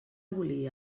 volia